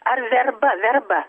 ar verba verba